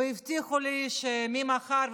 והבטיחו לי שממחר,